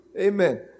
Amen